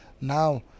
now